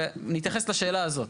ונתייחס לשאלה הזאת.